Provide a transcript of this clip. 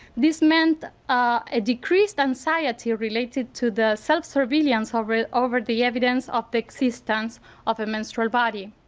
this meant a decreased anxiety related to the subservience over over the evidence of the existence of a menstrual body.